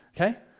Okay